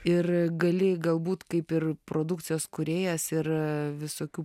ir gali galbūt kaip ir produkcijos kūrėjas ir visokių